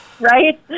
Right